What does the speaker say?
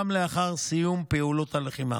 גם לאחר סיום פעילות הלחימה.